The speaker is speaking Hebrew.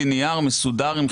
מנהלים.